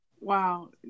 Wow